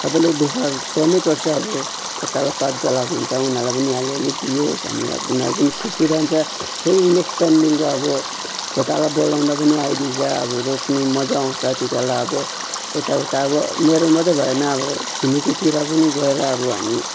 सबैले दुःख गर्नै पर्छ अब खेताला पात बोलाएको हुन्छ उनीहरूलाई पनि अलिअलि दियो भने अब उनीहरू पनि खुसी रहन्छ फेरि नेक्स्ट टाइमदेखिन्को खेताला बोलाउँदा पनि आइदिन्छ अब रोप्नु मजा आउँछ त्यति बेला अब यता उता अब मेरो मात्रै भएन अब छिमेकीतिर पनि गएर अब हामी